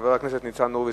חבר הכנסת ניצן הורוביץ,